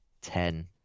Ten